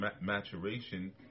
maturation